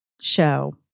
show